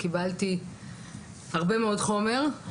קיבלתי הרבה מאוד חומר.